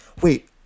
wait